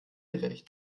recht